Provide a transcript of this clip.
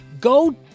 go